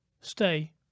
Stay